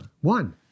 One